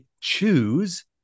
choose